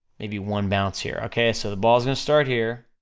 maybe one bounce here, okay? so the ball's gonna start here,